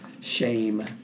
shame